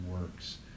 works